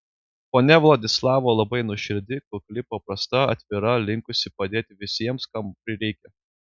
ponia vladislava labai nuoširdi kukli paprasta atvira linkusi padėti visiems kam prireikia